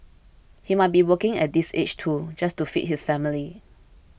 he might be working at this age too just to feed his family